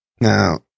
Now